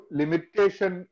limitation